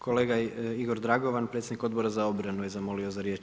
Kolega Igor Dragovan, predsjednik Odbora za obranu je zamolio za riječ.